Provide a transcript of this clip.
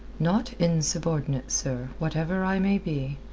not insubordinate, sir, whatever i may be.